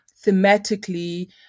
thematically